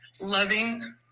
loving